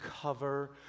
cover